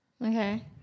Okay